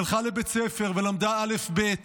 היא הלכה לבית הספר ולמדה אלף-בית